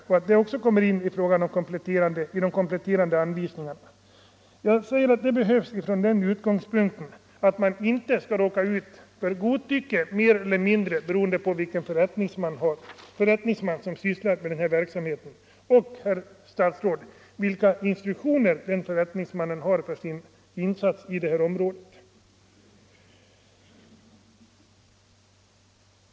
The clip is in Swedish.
Det borde också komma in i de kompletterande anvisningarna. Jag anser att det behövs från den utgångspunkten att man inte skall råka ut för godtycke — mer eller mindre — beroende på vilken förrättningsman som sysslar med den här verksamheten och, herr statsråd, vilka instruktioner den förrättningsmannen har för sin insats på området.